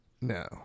No